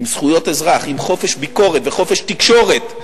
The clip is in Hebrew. עם זכויות אזרח, עם חופש ביקורת וחופש תקשורת,